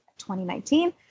2019